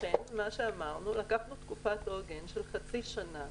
לכן מה שאמרנו, לקחנו תקופה של חצי שנה